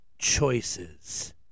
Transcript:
Choices